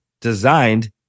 designed